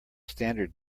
standard